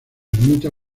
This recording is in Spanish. ermita